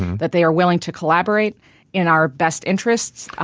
that they are willing to collaborate in our best interests,